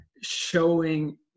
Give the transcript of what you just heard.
showing